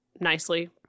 nicely